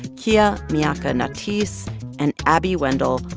kia miakka natisse and abby wendle.